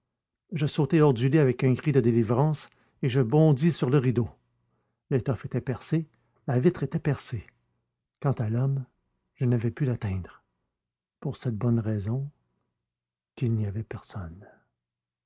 je sautai hors du lit avec un cri de délivrance et je bondis sur le rideau l'étoffe était percée la vitre était percée quant à l'homme je n'avais pu l'atteindre pour cette bonne raison qu'il n'y avait personne